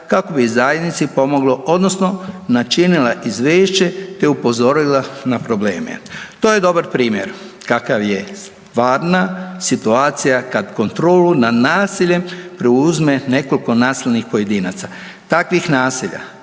kako bi zajednici pomoglo odnosno načinila izvješće te upozorila na probleme. To je dobar primjer kakav je stvarna situacija kad kontrolu nad nasiljem preuzme nekoliko nasilnih pojedinaca. Takvih naselja